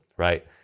Right